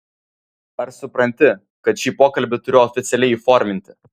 ar supranti kad šį pokalbį turiu oficialiai įforminti